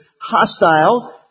hostile